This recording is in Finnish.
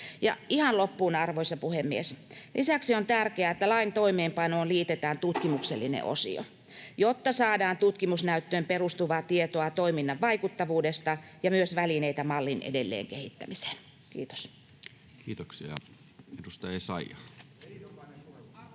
ihan loppuun, arvoisa puhemies: lisäksi on tärkeää, että lain toimeenpanoon liitetään tutkimuksellinen osio, jotta saadaan tutkimusnäyttöön perustuvaa tietoa toiminnan vaikuttavuudesta ja myös välineitä mallin edelleenkehittämiseen. — Kiitos. [Speech